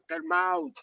mouth